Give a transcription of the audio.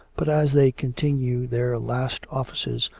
but as they continue their last offices,